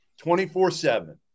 24-7